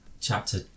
Chapter